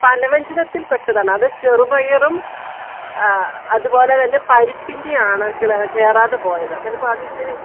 പലവ്യഞജനത്തില് പെട്ടതാണ് അത് ചെറുപയറും അതുപോലെ തന്നെ പരിപ്പിന്റെയാണ് ക്ലേ കയറാതെ പോയത് അന്നേരം അപ്പോൾ അത് ഇച്ചിരി